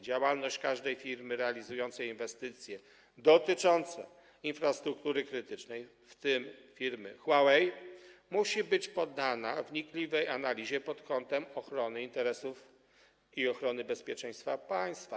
Działalność każdej firmy realizującej inwestycje dotyczące infrastruktury krytycznej, w tym firmy Huawei, musi być poddana wnikliwej analizie pod kątem ochrony interesów i ochrony bezpieczeństwa państwa.